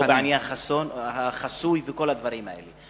או בעניין המספר החסוי וכל הדברים האלה.